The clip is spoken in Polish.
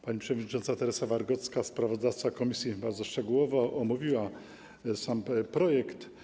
Pani przewodnicząca Teresa Wargocka, sprawozdawca komisji, bardzo szczegółowo omówiła sam projekt.